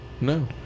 No